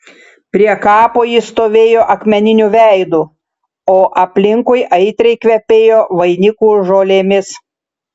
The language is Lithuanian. prie kapo jis stovėjo akmeniniu veidu o aplinkui aitriai kvepėjo vainikų žolėmis